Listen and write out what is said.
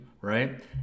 right